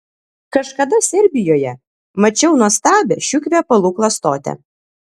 kažkada serbijoje mačiau nuostabią šių kvepalų klastotę